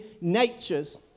natures